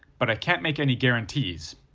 but i can't make any guarantees,